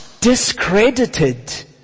Discredited